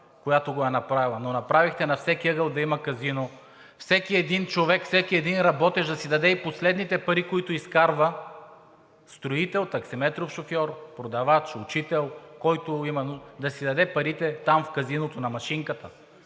която го е направила, но направихте на всеки ъгъл да има казино, всеки един човек, всеки един работещ да си даде и последните пари, които изкарва – строител, таксиметров шофьор, продавач, учител, да си даде парите там, в казиното, на машинката